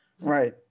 Right